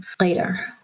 later